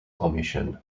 omission